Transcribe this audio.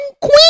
queen